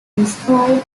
destroying